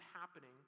happening